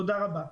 תודה רבה.